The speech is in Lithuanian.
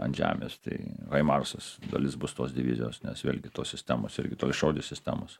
ant žemės tai haimarsas dalis bus tos divizijos nes vėlgi tos sistemos irgi toliašaudės sistemos